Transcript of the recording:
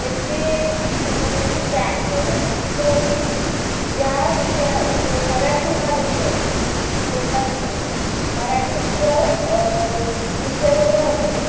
त्यांची शिकवण्याची टॅक् एवढी मस्त होती ज्या विषय जो मराठी हा विषय शिकवताना मराठीत जर निसर्गरम्य